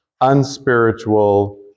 unspiritual